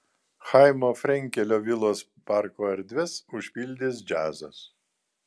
chaimo frenkelio vilos parko erdves užpildys džiazas